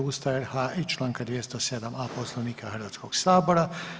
Ustava RH i Članka 207a. Poslovnika Hrvatskog sabora.